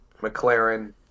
McLaren